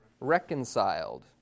reconciled